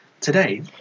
today